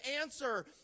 answer